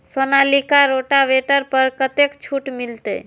Sonalika rotavator पर कतेक छूट मिलते?